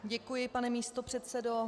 Děkuji, pane místopředsedo.